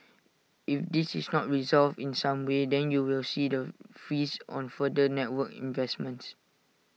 if this is not resolved in some way then you will see the freeze on further network investments